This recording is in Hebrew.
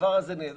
הדבר הזה נהדר.